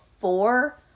four